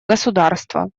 государство